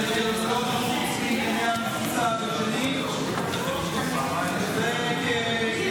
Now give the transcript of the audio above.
זה כי אין בו צורך לענייני המבצע בג'נין?